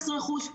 מס רכוש,